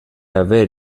haver